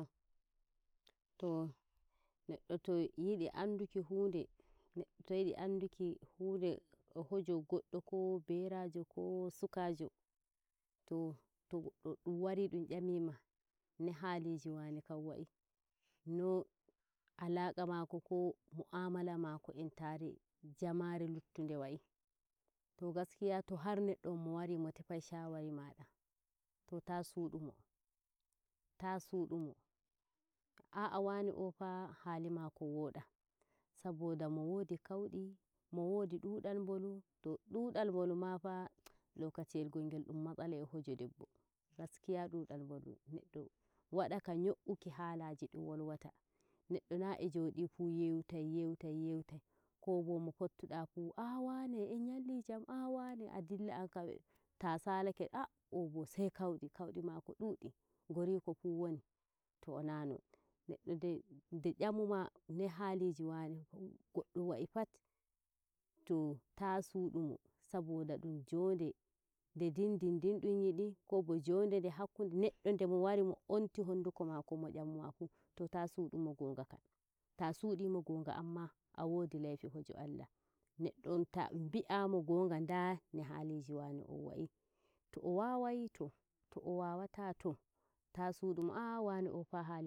to neɗɗo to yido anduki hunde hije goɗɗo ko berajo ko sukajo to ɗum wari dumyamima no hiliji wane kam wa'i no alaka mako ko mu'amala mako e jamare heltunde wa'i to gaskiya to har neddo mo wari mo tefi shawari maada to ta suduo taa sudumo a'a wane on fu halimako woda saboda mo wodi kaudi mo wodi dudal nbolu to ndudal nbolun mafa lokaciyel ngongel dum matsala e heje debbo gaskiya duudal nbolu neddo wada ka nyo'uki halaji do wolwata neddo naa e jodifu yewtai yewtai yewtai kobo mo fudtoda fuu ah wane en nyallijam ah waane a dilla ankam ta salake ah ohbo sai kauɗi kauɗi maaako dudi gorko fuu woni too nanon neddo nde yamuma no haliji wane wa'i hoddo wa'i pat too to a sudumo saboda ɗum jonde nde dindindin ɗum yidi ko bo jonde nde hakkunde neddo nde mo wari mo omti honduko maako mo nyamuma fu too ta ta sudumo gonga kan taa sudimo gonga amma a wodi laifi e heje ALLAH neddo on tangi'ah mo gonga nda no haliji wane wa'i to o wawai to to o wawata to ta sudumo ah wane oh fa